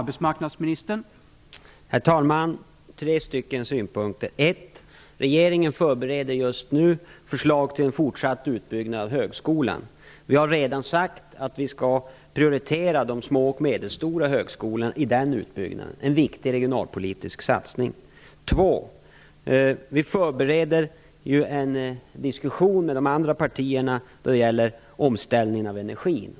Herr talman! Jag har tre synpunkter. För det första: Regeringen förbereder just nu ett förslag till fortsatt utbyggnad av högskolan. Vi har redan sagt att vi skall prioritera de små och medelstora högskolorna. Detta är en viktig regionalpolitisk satsning. För det andra: Vi förbereder en diskussion med de andra partierna när det gäller omställningen av energin.